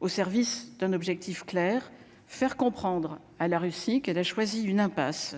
Au service d'un objectif clair : faire comprendre à la Russie qu'elle a choisi une impasse